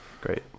Great